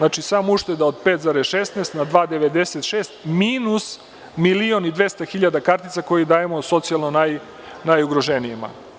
Sama ušteda od 5,16 na 2,96 minus milion i 200 hiljada kartica koje dajemo socijalno najugroženijima.